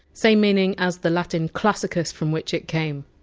same meaning as the latin! classicus! from which it came.